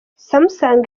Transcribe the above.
samsung